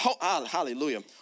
hallelujah